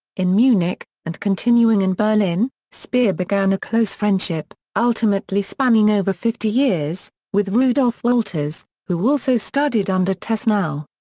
in munich, and continuing in berlin, speer began a close friendship, ultimately spanning over fifty years, with rudolf wolters, who also studied under tessenow.